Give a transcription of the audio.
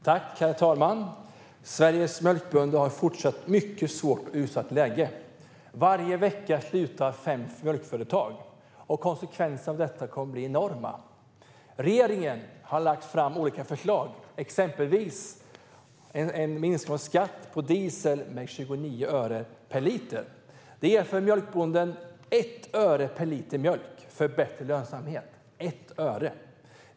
Herr talman! Sveriges mjölkbönder har fortfarande ett mycket svårt och utsatt läge. Varje vecka slutar fem mjölkföretag med sin verksamhet. Konsekvenserna av detta kommer att bli enorma. Regeringen har lagt fram olika förslag, exempelvis om en minskning av skatten på diesel med 29 öre per liter. Det ger mjölkbonden 1 öre per liter mjölk i förbättrad lönsamhet.